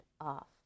off